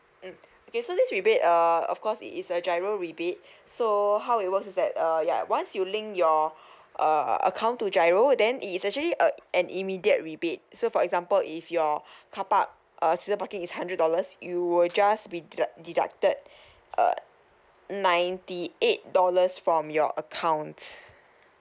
mm okay so this rebate err of course it is a giro rebate so how it works is that err ya once you link your err account to giro then it is actually uh an immediate rebate so for example if your car park uh season parking is hundred dollars you will just be glad deducted err ninety eight dollars from your account